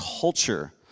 culture